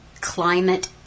climate